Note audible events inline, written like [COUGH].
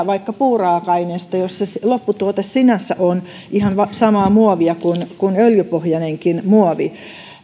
[UNINTELLIGIBLE] vaikka puuraaka aineesta jos se se lopputuote sinänsä on ihan samaa muovia kuin kuin öljypohjainenkin muovi